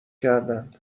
کردن